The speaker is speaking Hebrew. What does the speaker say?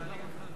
חברי סיעתך,